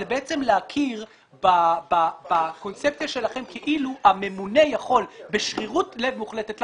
זה בעצם להכיר בקונספציה שלכם כאילו הממונה יכול בשרירות לב מוחלטת,